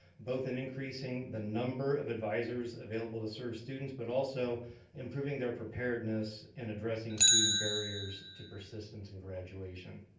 both in increasing the number of advisors available to serve students but also improving their preparedness in addressing student barriers to persistence in graduation.